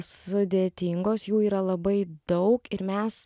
sudėtingos jų yra labai daug ir mes